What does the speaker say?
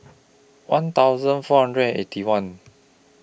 one thousand four hundred and Eighty One